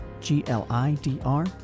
G-L-I-D-R